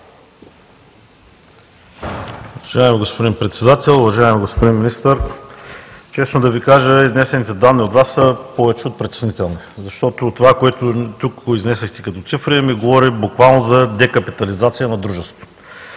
Уважаеми господин Председател, уважаеми господин Министър, честно да Ви кажа изнесените данни от Вас са повече от притеснителни, защото това, което тук произнесохте като цифри ми говори буквално за де капитализация на дружеството.